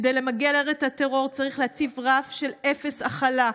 כדי למגר את הטרור צריך להציב רף של אפס הכלה.